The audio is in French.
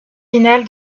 finale